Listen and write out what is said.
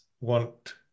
want